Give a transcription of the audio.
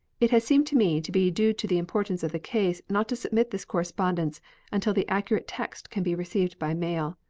it has seemed to me to be due to the importance of the case not to submit this correspondence until the accurate text can be received by mail.